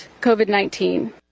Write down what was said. covid-19